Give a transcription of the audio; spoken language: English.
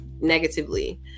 negatively